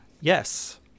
Yes